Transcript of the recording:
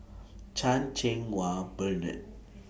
Chan Cheng Wah Bernard